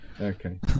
Okay